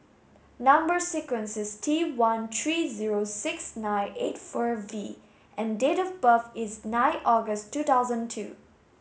number sequence is T one three zero six nine eight four V and date of birth is nine August two thousand two